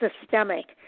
systemic